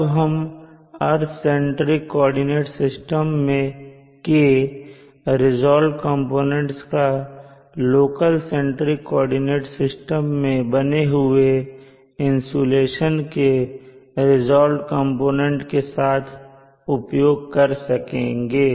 तब हम earth centric coordinate system के रीज़ाल्व्ड कंपोनेंट्स का लोकल सेंट्रिक कोऑर्डिनेट सिस्टम मैं बने इंसुलेशन के रीज़ाल्व्ड कंपोनेंट्स के साथ उपयोग कर सकेंगे